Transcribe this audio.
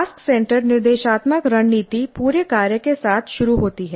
task centred निर्देशात्मक रणनीति पूरे कार्य के साथ शुरू होती है